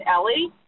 Ellie